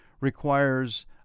requires